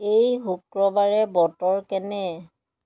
এই শুক্ৰবাৰে বতৰ কেনে